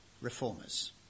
reformers